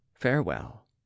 Farewell